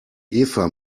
eva